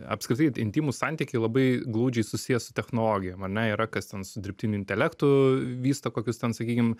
apskritai intymūs santykiai labai glaudžiai susiję su technologijom ar ne yra kas ten su dirbtiniu intelektu vysto kokius ten sakykim